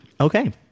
Okay